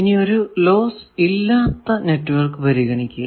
ഇനി ഒരു ലോസ് ഇല്ലാത്ത നെറ്റ്വർക്ക് പരിഗണിക്കുക